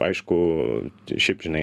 aišku šiaip žinai